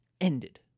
ended